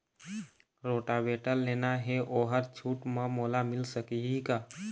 Rotavator लेना हे ओहर छूट म मोला मिल सकही का?